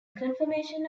confirmation